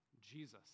jesus